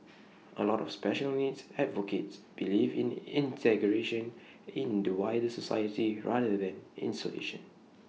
A lot of special needs advocates believe in integration in the wider society rather than isolation